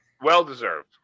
Well-deserved